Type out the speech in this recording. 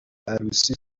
عروسی